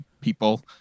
people